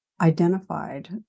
identified